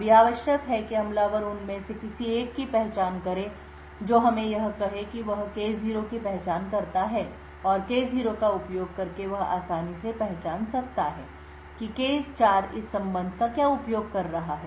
अब यह आवश्यक है कि हमलावर उनमें से किसी एक की पहचान करे जो हमें यह कहे कि वह K0 की पहचान करता है और K0 का उपयोग करके वह आसानी से पहचान सकता है कि K4 इस संबंध का क्या उपयोग कर रहा है